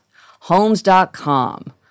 Homes.com